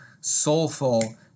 soulful